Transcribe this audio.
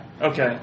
Okay